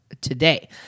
today